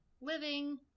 living